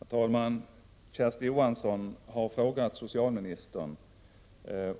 Herr talman! Kersti Johansson har frågat socialministern